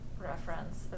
reference